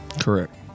Correct